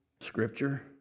Scripture